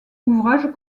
ouvrages